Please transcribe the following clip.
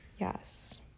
yes